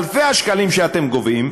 נוסף על אלפי השקלים שאתם גובים,